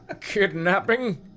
Kidnapping